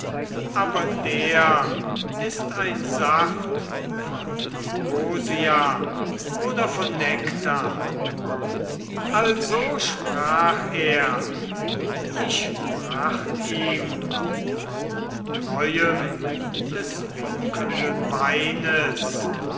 aber der ist ein saft von ambrosia oder von nektar also sprach er ich bracht ihm von neuem des funkelnden weines